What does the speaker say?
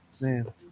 Man